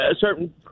certain